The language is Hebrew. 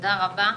תודה רבה.